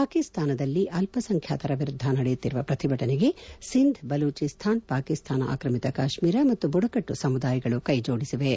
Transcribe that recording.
ಪಾಕಿಸ್ತಾನದಲ್ಲಿ ಅಲ್ಲಾಸಂಖ್ಯಾತರ ವಿರುದ್ಗ ನಡೆಯುತ್ತಿರುವ ಪ್ರತಿಭಟನೆಗೆ ಸಿಂಧ್ ಬಲೂಚಿಸ್ತಾನ್ ಪಾಕಿಸ್ತಾನ ಆಕ್ರಮಿತ ಕಾಶ್ಟೀರ ಮತ್ತು ಬುಡಕಟ್ಟು ಸಮುದಾಯಗಳು ಕೈಜೋಡಿಸಿವೆ